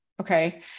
Okay